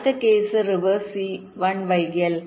അടുത്ത case reverse C1 വൈകിയാൽ